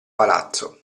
palazzo